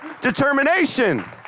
determination